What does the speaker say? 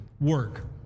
work